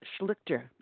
Schlichter